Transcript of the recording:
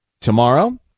tomorrow